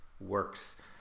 works